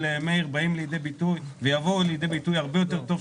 מאיר באים לידי ביטוי ויבואו לידי ביטוי הרבה יותר טוב,